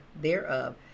thereof